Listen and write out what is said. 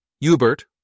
Hubert